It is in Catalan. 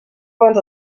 bons